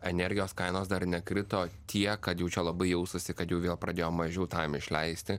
energijos kainos dar nekrito tiek kad jau čia labai jaustųsi kad jau vėl pradėjom mažiau tam išleisti